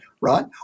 Right